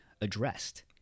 addressed